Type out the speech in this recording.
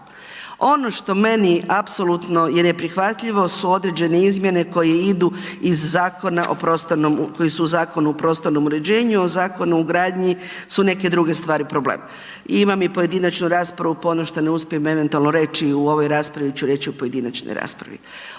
Ono što meni apsolutno je neprihvatljivo su određene izmjene koje su u Zakonu o prostornom uređenju, o Zakonu o gradnji su neke druge stvari problem i imam i pojedinačnu raspravu pa ono što ne uspijem eventualno reći u ovoj raspravi ću reći u pojedinačnoj raspravi.